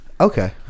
Okay